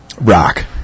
Rock